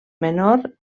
menor